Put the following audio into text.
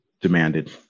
demanded